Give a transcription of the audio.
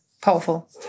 powerful